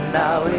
now